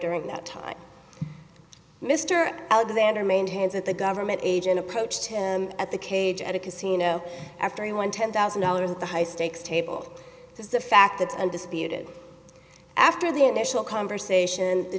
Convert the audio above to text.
during that time mr alexander main hands that the government agent approached him at the cage at a casino after he won ten thousand dollars at the high stakes table is the fact that undisputed after the initial conversation the